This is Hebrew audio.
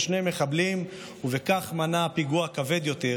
שני מחבלים ובכך מנע פיגוע כבד יותר,